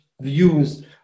views